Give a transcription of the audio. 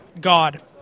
God